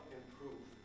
improve